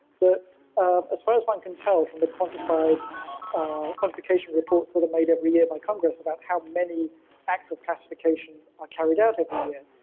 as far as one can tell from the quantified quantification reports that are made every year by congress about how many acts of classification are carried out every year,